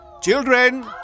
Children